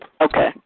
Okay